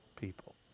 people